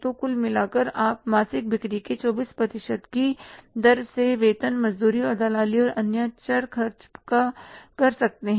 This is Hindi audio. तो कुल मिलाकर आप मासिक बिक्री के 24 प्रतिशत की दर से वेतन मजदूरी और दलाली और अन्य चर खर्च कर सकते हैं